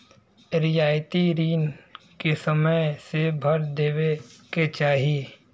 रियायती रिन के समय से भर देवे के चाही